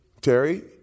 Terry